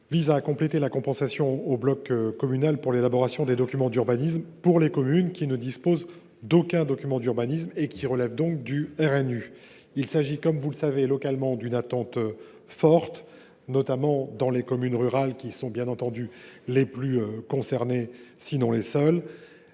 vise à compléter la compensation au bloc communal pour l’élaboration des documents d’urbanisme pour les communes qui ne disposent d’aucun document d’urbanisme et qui relèvent donc du règlement national d’urbanisme (RNU). Comme vous le savez, il s’agit d’une attente forte localement, notamment dans les communes rurales, qui sont, bien entendu, les plus concernées – sinon les seules.